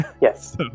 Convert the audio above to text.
Yes